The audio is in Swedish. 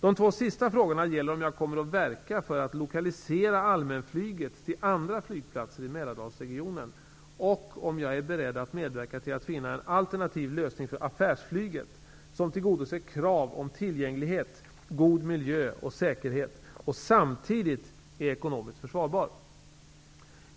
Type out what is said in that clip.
De två sista frågorna gäller om jag kommer att verka för att lokalisera allmänflyget till andra flygplatser i Mälardalsregionen och om jag är beredd att medverka till att finna en alternativ lösning för affärsflyget som tillgodoser krav på tillgänglighet, god miljö och säkerhet och samtidigt är ekonomiskt försvarbar.